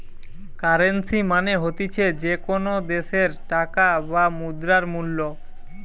currency মানে হতিছে যে কোনো দ্যাশের টাকার বা মুদ্রার মূল্য